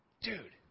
dude